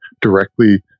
directly